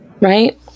Right